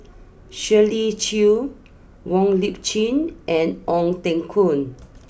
Shirley Chew Wong Lip Chin and Ong Teng Koon